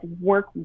work